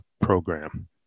program